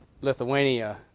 Lithuania